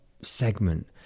segment